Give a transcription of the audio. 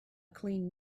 clean